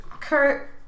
Kurt